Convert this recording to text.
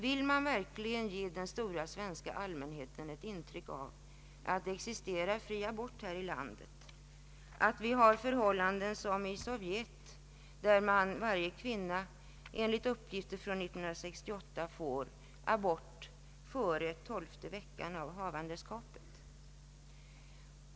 Vill man verkligen ge den stora svenska allmänheten intrycket av att det existerar fri abort i vårt land, att vi har förhållanden som i Sovjet, där kvinnor enligt uppgifter från 1968 kan få abort före tolfte veckan av havandeskapet?